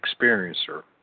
experiencer